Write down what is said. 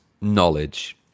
Knowledge